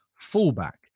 fullback